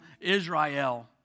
Israel